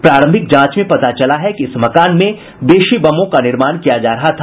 प्रारंभिक जांच में पता चला है कि इस मकान में देशी बमों का निर्माण किया जा रहा था